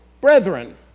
brethren